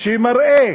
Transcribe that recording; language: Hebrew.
שמראה